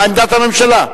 מה עמדת הממשלה?